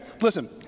listen